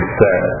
set